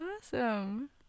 awesome